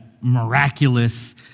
miraculous